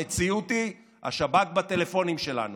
המציאות היא: השב"כ בטלפונים שלנו.